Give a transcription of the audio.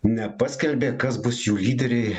nepaskelbė kas bus jų lyderiai